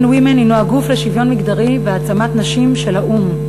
UN Women הנו הגוף לשוויון מגדרי והעצמת נשים של האו"ם.